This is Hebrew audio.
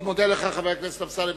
אני מאוד מודה לך, חבר הכנסת אמסלם.